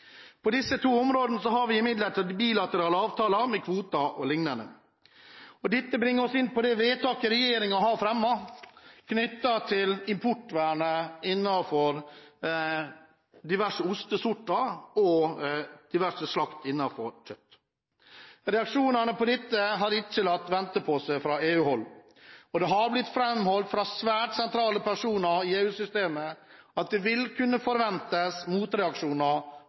På disse to områdene har vi imidlertid bilaterale avtaler med kvoter og lignende. Det bringer oss inn på det forslaget regjeringen har fremmet knyttet til importvernet for diverse ostesorter og kjøtt. Reaksjonene på dette har ikke latt vente på seg fra EU-hold. Det har blitt framholdt fra svært sentrale personer i EU-systemet at det vil kunne forventes